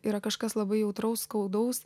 yra kažkas labai jautraus skaudaus